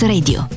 Radio